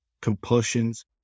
compulsions